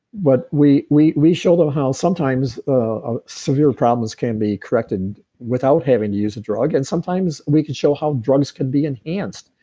but we we show them how sometimes ah severe problems can be corrected without having to use a drug. and sometimes we can show how drugs can be enhanced.